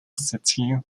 city